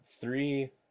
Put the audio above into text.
three